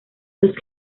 los